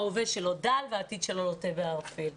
ההווה שלו דל והעתיד שלו לוטה בערפל.